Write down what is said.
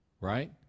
right